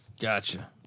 Gotcha